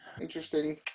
interesting